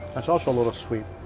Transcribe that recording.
that's also a little sweet.